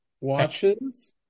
watches